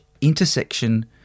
intersection